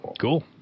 Cool